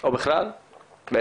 או בכלל בעצם.